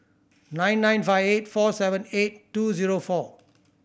nine nine five eight four seven eight two zero four